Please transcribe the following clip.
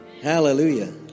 Hallelujah